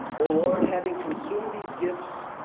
oh lord having consumed these gifts,